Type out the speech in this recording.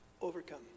Overcome